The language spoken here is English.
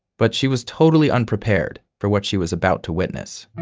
but she was totally unprepared for what she was about to witness